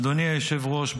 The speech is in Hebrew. אדוני היושב-ראש,